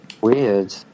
Weird